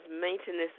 maintenance